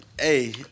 hey